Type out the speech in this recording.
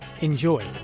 enjoy